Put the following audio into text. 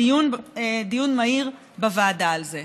דיון מהיר בוועדה על זה.